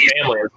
family